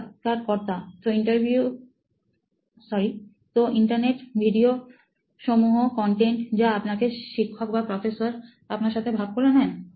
সাক্ষাৎকারকর্তা তো ইন্টারনেট ভিডিওসমূহ কন্টেন্ট যা আপনার শিক্ষক বা প্রফেসর আপনার সাথে ভাগ করে নেন